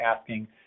asking